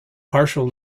partial